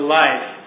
life